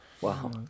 Wow